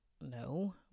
no